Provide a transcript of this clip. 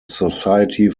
society